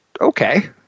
okay